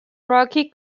rocky